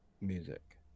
music